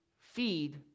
feed